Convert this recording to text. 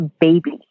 baby